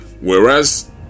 whereas